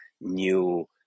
new